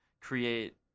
create